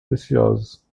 preciosas